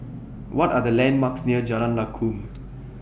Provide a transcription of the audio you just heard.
What Are The landmarks near Jalan Lakum